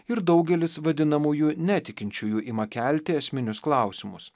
ir daugelis vadinamųjų netikinčiųjų ima kelti esminius klausimus